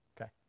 Okay